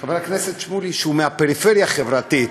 חבר הכנסת שמולי שהוא מהפריפריה החברתית.